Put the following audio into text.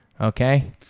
Okay